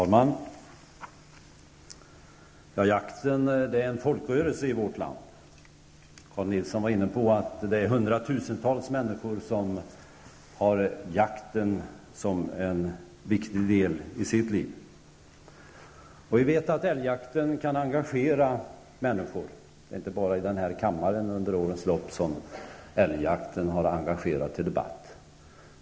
Herr talman! Jakten är en folkrörelse i vårt land. Som Carl G Nilsson nämnde är jakten en viktig del i hundratusentals människors liv. Vi vet att älgjakten kan engagera människor. Det är inte bara i denna kammare som älgjakten under årens lopp har engagerat till debatt.